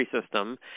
system